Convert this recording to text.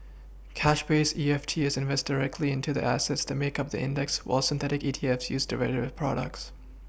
cash based E F T invest directly into the assets that make up the index while synthetic ETFs use derivative products